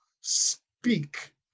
speak